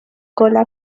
cola